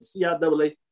CIAA